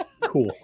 Cool